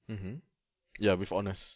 mmhmm ya with honours